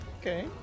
Okay